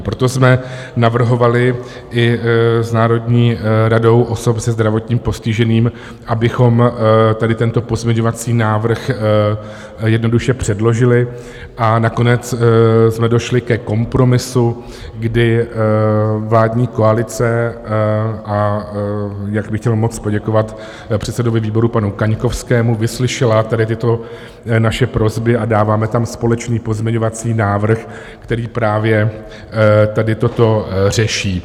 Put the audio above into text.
Proto jsme navrhovali i s Národní radou osob se zdravotním postižením, abychom tady tento pozměňovací návrh jednoduše předložili, a nakonec jsme došli ke kompromisu, kdy vládní koalice a chtěl bych moc poděkovat předsedovi výboru panu Kaňkovskému vyslyšela tady tyto naše prosby a dáváme tam společný pozměňovací návrh, který právě tady toto řeší.